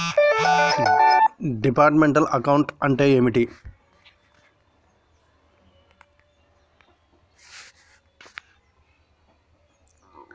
Departmental accounting అంటే ఏమిటి?